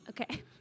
Okay